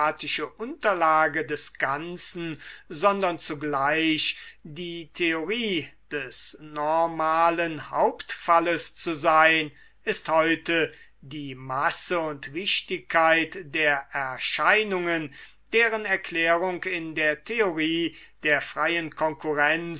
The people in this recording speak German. unterlage des ganzen sondern zugleich die theorie des normalen hauptfalles zu sein ist heute die masse und wichtigkeit der erscheinungen deren erklärung in der theorie der freien konkurrenz